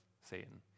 Satan